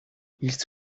ils